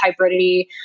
hybridity